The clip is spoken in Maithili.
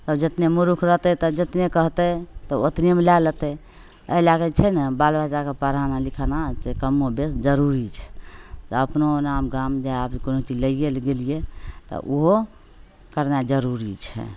आओर जतने मुरुख रहतै जतने कहतै तऽ ओतनेमे लै लेतै ओहि लैके छै ने बाल बच्चाकेँ पढ़ाना लिखाना से कमो बेस जरूरी छै से अपनो ओना गाम देहातमे कोनो चीज लैए लै गेलिए तऽ ओहो करनाइ जरूरी छै